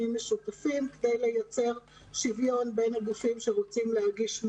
משותפים כדי ליצור שוויון בין גופים שרוצים להגיש את